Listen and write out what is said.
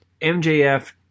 MJF